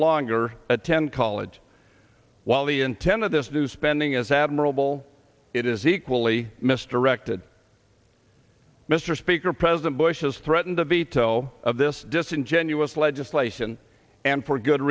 longer attend college while the intent of this new spending is admirable it is equally mr record mr speaker president bush has threatened to veto of this disingenuous legislation and for good